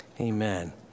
Amen